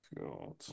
God